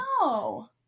No